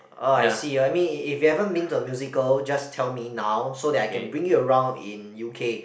oh I see I mean if if you haven't been to a musical just tell me now so that I can bring you around in U_K